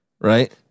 right